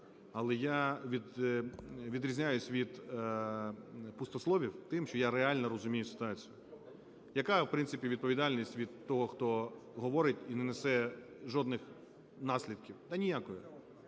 Але я відрізняюсь від пустословів тим, що я реально розумію ситуацію. Яка в принципі відповідальність від того, хто говорить і не несе жодних наслідків? Та ніякої.